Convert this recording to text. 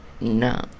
No